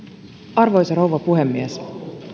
arvoisa rouva puhemies